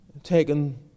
taken